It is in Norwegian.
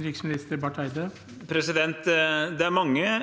Espen Barth Eide Det er mange